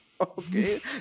Okay